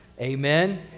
Amen